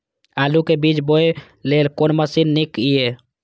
आलु के बीज बोय लेल कोन मशीन नीक ईय?